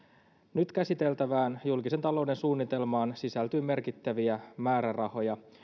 nyt käsiteltävään julkisen talouden suunnitelmaan sisältyy merkittäviä määrärahoja